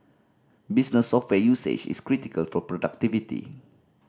business software usage is critical for productivity